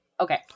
okay